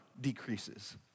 decreases